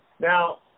Now